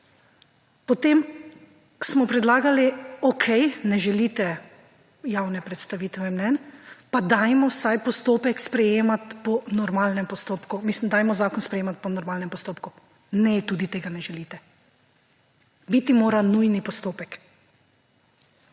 Potem smo predlagali, okej, ne želite javne predstavitve mnenj, pa dajmo vsaj postopek sprejemati po normalnem postopku, mislim dajmo zakon sprejemati po normalnem postopku. Ne, tudi tega ne želite. Biti mora nujni postopek.